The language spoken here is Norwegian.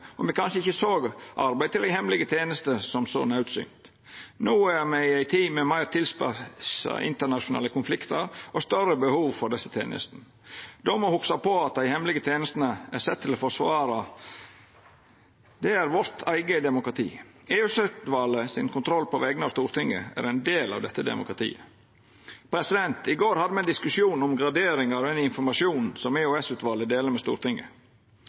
og me kanskje ikkje såg arbeidet til dei hemmelege tenestene som så naudsynt. No er me i ei tid med meir tilspissa internasjonale konfliktar og større behov for desse tenestene. Då må me hugsa på at det dei hemmelege tenestene er sette til å forsvara, er vårt eige demokrati. EOS-utvalets kontroll på vegner av Stortinget er ein del av dette demokratiet. I går hadde me ein diskusjon om gradering av den informasjonen som EOS-utvalet deler med Stortinget.